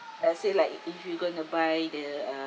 like I said like if you going to buy the uh